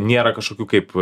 nėra kažkokių kaip